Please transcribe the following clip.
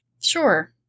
Sure